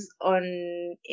on